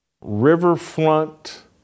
riverfront